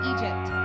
Egypt